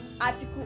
article